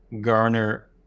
garner